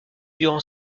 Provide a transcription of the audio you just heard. durant